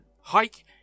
Hike